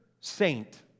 saint